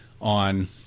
on